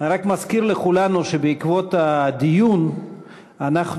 אני מזכיר לכולנו שבעקבות הדיון אנחנו